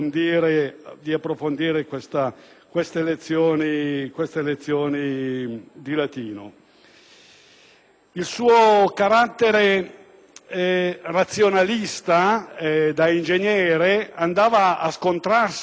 per approfondire le lezioni di latino. Il suo carattere razionalista, da ingegnere, andava a scontrarsi un po'